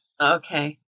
Okay